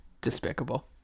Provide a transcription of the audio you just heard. Despicable